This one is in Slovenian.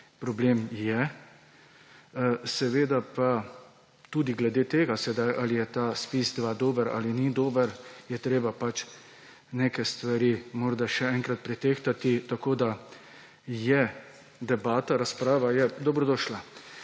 problem je, je pa tudi glede tega, ali je ZPIZ-2 dober ali ni dober, treba neke stvari morda še enkrat pretehtati. Tako da je debata, razprava dobrodošla.